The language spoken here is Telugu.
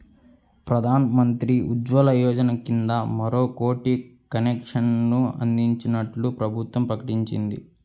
ప్రధాన్ మంత్రి ఉజ్వల యోజన కింద మరో కోటి కనెక్షన్లు అందించనున్నట్లు ప్రభుత్వం ప్రకటించింది